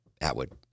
Atwood